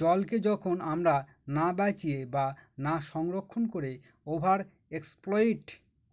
জলকে যখন আমরা না বাঁচিয়ে বা না সংরক্ষণ করে ওভার এক্সপ্লইট